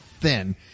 thin